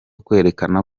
kwerekana